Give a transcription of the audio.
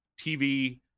TV